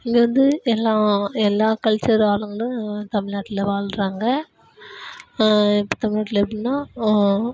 இங்கே வந்து எல்லா எல்லா கல்ச்சர் ஆளுங்களும் தமிழ்நாட்டில் வாழ்றாங்க இப்போ தமிழ்நாட்டில் எப்படின்னா